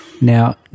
now